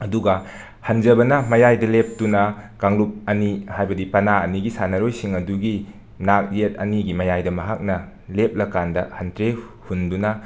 ꯑꯗꯨꯒ ꯍꯟꯖꯕꯅ ꯃꯌꯥꯏꯗ ꯂꯦꯞꯇꯨꯅ ꯀꯥꯡꯂꯨꯞ ꯑꯅꯤ ꯍꯥꯏꯕꯗꯤ ꯄꯅꯥ ꯑꯅꯤꯒꯤ ꯁꯥꯟꯅꯔꯣꯏꯁꯤꯡ ꯑꯗꯨꯒꯤ ꯅꯥꯛ ꯌꯦꯠ ꯑꯅꯤꯒꯤ ꯃꯌꯥꯏꯗ ꯃꯍꯥꯛꯅ ꯂꯦꯞꯂꯀꯥꯟꯗ ꯍꯟꯇ꯭ꯔꯦ ꯍꯨꯟꯗꯨꯅ